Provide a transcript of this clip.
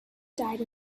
died